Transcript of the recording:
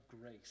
grace